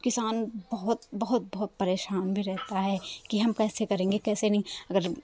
किसान बहोत बहोत बहोत परेशान भी रहता है कि हम कैसे करेंगे कैसे नहीं अगर